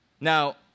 Now